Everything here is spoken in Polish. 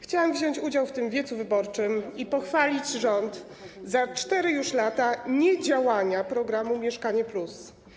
Chciałam wziąć udział w tym wiecu wyborczym i pochwalić rząd za 4 już lata niedziałania programu „Mieszkanie+”